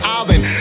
island